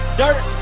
dirt